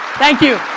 thank you,